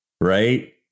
Right